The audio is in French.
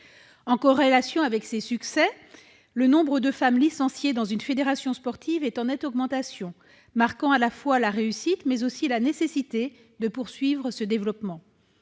En corrélation avec ces succès, le nombre de femmes licenciées dans une fédération sportive est en nette augmentation, marquant à la fois la réussite, mais aussi la nécessité de poursuivre ce développement.